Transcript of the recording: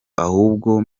ahubwo